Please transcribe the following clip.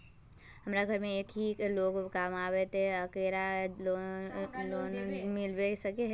हमरा घर में एक ही लोग कमाबै है ते ओकरा लोन मिलबे सके है?